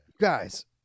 guys